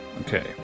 Okay